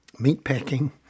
meatpacking